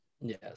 Yes